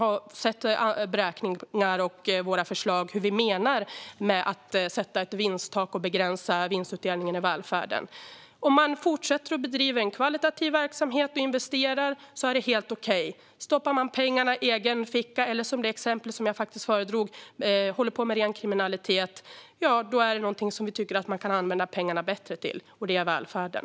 Jag tror att han vet vad vi menar med att sätta ett vinsttak och begränsa vinstutdelningen i välfärden. Om man fortsätter att bedriva en högkvalitativ verksamhet och investerar är det helt okej. Stoppar man pengarna i egen ficka - eller håller på med ren kriminalitet, som i det exempel jag föredrog - finns det någonting som vi tycker att pengarna hellre kan användas till, och det är välfärden.